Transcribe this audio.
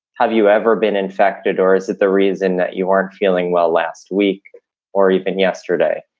have you ever been infected or is that the reason that you aren't feeling well last week or even yesterday?